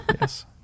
Yes